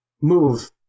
move